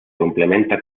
complementa